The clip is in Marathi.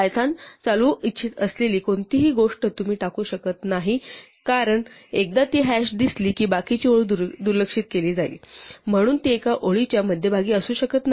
पायथन चालवू इच्छित असलेली कोणतीही गोष्ट तुम्ही टाकू शकत नाही कारण एकदा ती हॅश दिसली की बाकीची ओळ दुर्लक्षित केली जाईल म्हणून ती एका ओळीच्या मध्यभागी असू शकत नाही